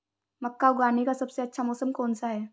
मक्का उगाने का सबसे अच्छा मौसम कौनसा है?